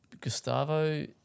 Gustavo